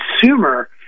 consumer